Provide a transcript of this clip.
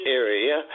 area